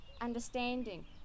understanding